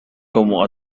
como